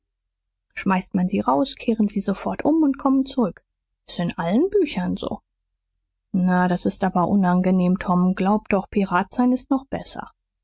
schmeißt man sie raus kehren sie sofort um und kommen zurück s ist in allen büchern so na das ist aber unangenehm tom glaub doch pirat sein ist noch besser